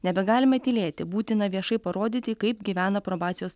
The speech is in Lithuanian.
nebegalime tylėti būtina viešai parodyti kaip gyvena probacijos